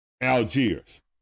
Algiers